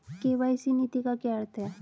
KYC नीति का क्या अर्थ है?